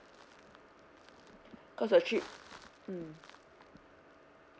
cause your trip mm